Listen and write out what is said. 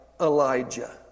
Elijah